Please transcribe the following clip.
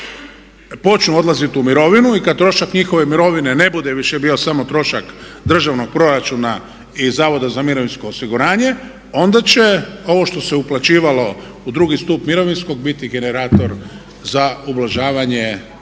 počnu odlaziti u mirovinu i kad trošak njihove mirovine ne bude više bio samo trošak državnog proračuna i Zavoda za mirovinsko osiguranje onda će ovo što se uplaćivalo u drugi stup mirovinskog biti generator za ublažavanje